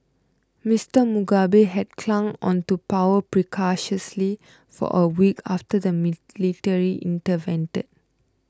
Mister Mugabe had clung on to power precariously for a week after the military intervened